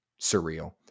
surreal